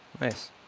Nice